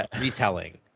retelling